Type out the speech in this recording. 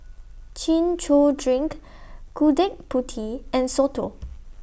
Chin Chow Drink Gudeg Putih and Soto